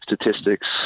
statistics